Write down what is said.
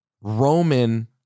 Roman